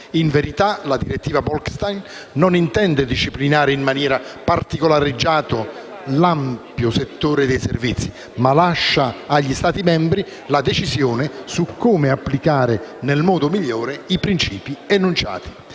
In verità, la direttiva Bolkestein non intende disciplinare in maniera particolareggiata l'ampio settore dei servizi, ma lascia agli Stati membri la decisione su come applicare nel modo migliore i principi enunciati.